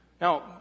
Now